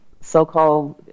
so-called